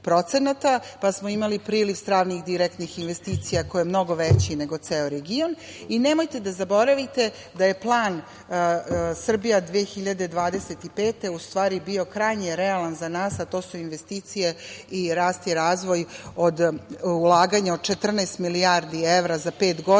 pa smo imali priliv stranih direktnih investicija koji je mnogo veći nego ceo region. Nemojte da zaboravite da je plan „Srbija 2025“ u stvari bio krajnje realan za nas, a to su investicije i rast i razvoj od ulaganja od 14 milijardi evra za pet godina